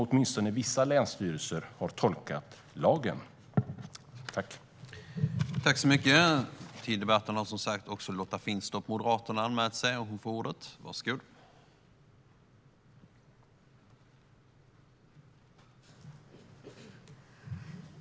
Åtminstone vissa länsstyrelser har tolkat lagen som att den finns.